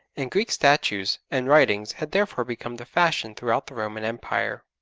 and greek statues and writings had therefore become the fashion throughout the roman empire.